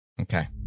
Okay